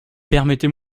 permettez